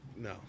no